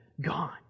gone